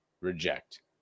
reject